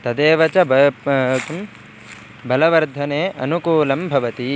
तदेव च ब प् किं बलवर्धने अनुकूलं भवति